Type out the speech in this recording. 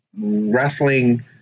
wrestling